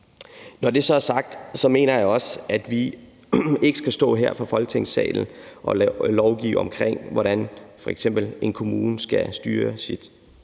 Når det så er sagt, mener jeg også, at vi ikke skal stå her fra Folketingssalen og lovgive omkring, hvordan f.eks. en kommune skal styre sin